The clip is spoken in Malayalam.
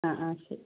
ആ ആ ശരി